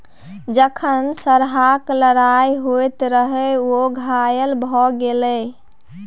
जखन सरहाक लड़ाइ होइत रहय ओ घायल भए गेलै